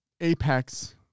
Apex